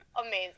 amazing